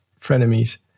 frenemies